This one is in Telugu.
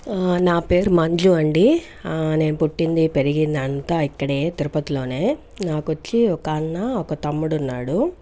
నా పేరు మంజు అండి నేను పుట్టింది పెరిగింది అంతా ఇక్కడే తిరుపతిలోనే నాకు వచ్చి ఒక అన్న ఒక తమ్ముడు ఉన్నాడు